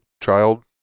child